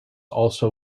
also